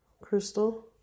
crystal